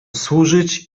służyć